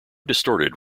distorted